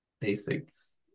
basics